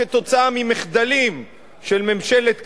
כתוצאה ממחדלים של ממשלת קדימה,